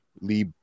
Lee